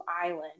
island